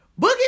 Boogie